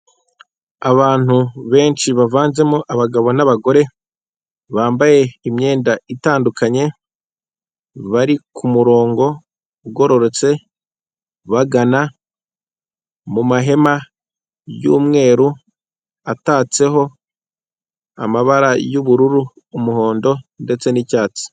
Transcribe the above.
Abantu benshi bavanzemo abagabo n'abagore bambaye imyenda itandukanye, bari ku murongo ugororotse bagana mu mahema y'umweru atatseho amabara y'ubururu, umuhondo ndetse n'icyatsi.